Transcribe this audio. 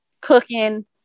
cooking